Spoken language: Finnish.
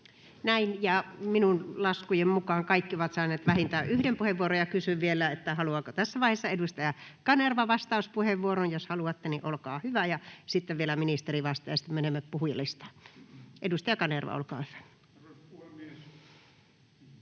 Näin. — Minun laskujeni mukaan kaikki ovat saaneet vähintään yhden puheenvuoron. Kysyn vielä, haluaako tässä vaiheessa edustaja Kanerva vastauspuheenvuoron. Jos haluatte, niin olkaa hyvä. Ja sitten vielä ministeri vastaa, ja sitten menemme puhujalistaan. — Edustaja Kanerva, olkaa hyvä.